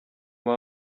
niyo